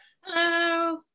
Hello